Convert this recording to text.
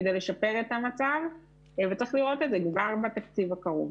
כדי לשפר את המצב וצריך לראות את זה כבר בתקציב הקרוב.